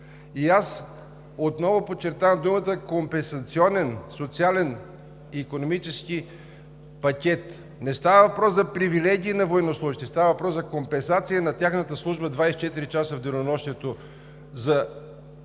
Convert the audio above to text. Аз отново подчертавам думата „компенсационен, социален и икономически пакет“. Не става въпрос за привилегии на военнослужещите – става въпрос за компенсация на тяхната служба 24 часа в денонощието за Родината